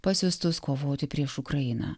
pasiųstus kovoti prieš ukrainą